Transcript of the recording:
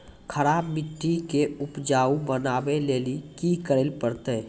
खराब मिट्टी के उपजाऊ बनावे लेली की करे परतै?